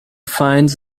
finds